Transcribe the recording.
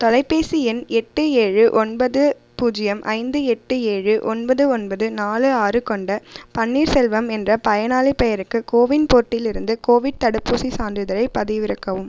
தொலைபேசி எண் எட்டு ஏழு ஒன்பது பூஜ்ஜியம் ஐந்து எட்டு ஏழு ஒன்பது ஒன்பது நாலு ஆறு கொண்ட பன்னீர்செல்வம் என்ற பயனாளிப் பெயருக்கு கோவின் போர்ட்டிலிருந்து கோவிட் தடுப்பூசிச் சான்றிதழைப் பதிவிறக்கவும்